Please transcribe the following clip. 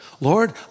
Lord